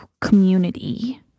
community